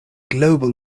global